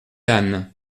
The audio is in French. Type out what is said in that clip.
anne